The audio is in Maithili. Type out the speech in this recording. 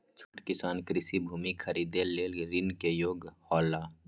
छोट किसान कृषि भूमि खरीदे लेल ऋण के योग्य हौला?